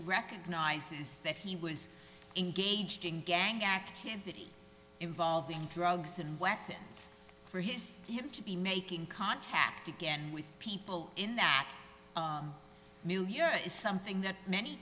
recognizes that he was engaged in gang activity involving drugs and weapons for his him to be making contact again with people in that milieu is something that many